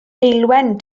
heulwen